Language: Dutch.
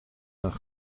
een